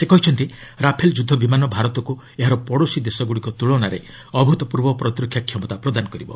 ସେ କହିଛନ୍ତି ରାଫେଲ୍ ଯୁଦ୍ଧ ବିମାନ ଭାରତକୁ ଏହାର ପଡ଼ୋଶୀ ଦେଶଗୁଡ଼ିକ ତୁଳନାରେ ଅଭ୍ତପୂର୍ବ ପ୍ରତିରକ୍ଷା କ୍ଷମତା ପ୍ରଦାନ କରିବ